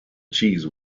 cheese